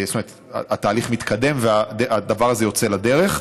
התהליך מתקדם, והדבר הזה יוצא לדרך.